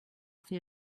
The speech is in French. fait